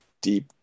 deep